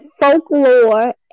folklore